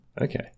Okay